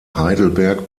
heidelberg